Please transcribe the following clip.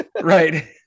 Right